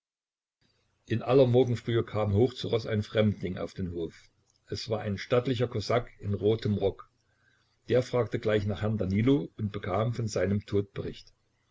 in aller morgenfrühe kam hoch zu roß ein fremdling auf den hof es war ein stattlicher kosak in rotem rock der fragte gleich nach herrn danilo und bekam von seinem tod bericht